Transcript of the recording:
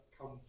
come